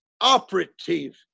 operative